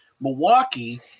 Milwaukee